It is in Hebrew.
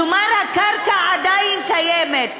כלומר, הקרקע עדיין קיימת,